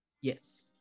Yes